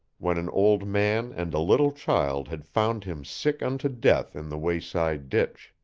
when an old man and a little child had found him sick unto death in the wayside ditch.